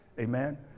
Amen